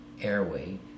airway